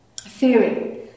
theory